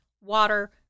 water